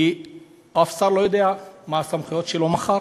כי אף שר לא יודע מה הסמכויות שלו מחר.